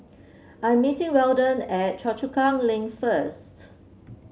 I am meeting Weldon at Choa Chu Kang Link first